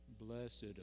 Blessed